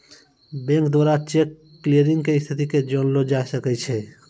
bank द्वारा cheque clearing के स्थिति के जानलो जाय सकै छै